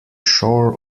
shore